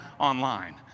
online